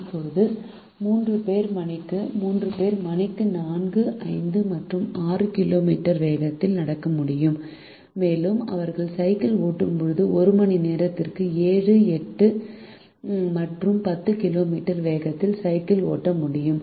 இப்போது 3 பேர் மணிக்கு 4 5 மற்றும் 6 கிலோமீட்டர் வேகத்தில் நடக்க முடியும் மேலும் அவர்கள் சைக்கிள் ஓட்டும்போது ஒரு மணி நேரத்திற்கு 7 8 மற்றும் 10 கிலோமீட்டர் வேகத்தில் சைக்கிள் ஓட்ட முடியும்